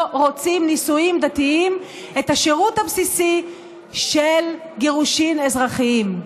רוצים נישואים דתיים את השירות הבסיסי של גירושים אזרחיים.